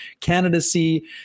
candidacy